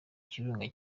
kirunga